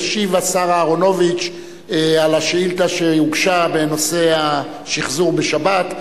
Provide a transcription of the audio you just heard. ישיב השר אהרונוביץ על השאילתא שהוגשה בנושא השחזור בשבת,